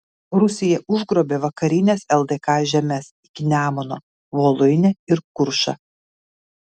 rusija užgrobė vakarines ldk žemes iki nemuno voluinę ir kuršą